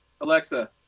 Alexa